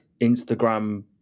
Instagram